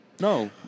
No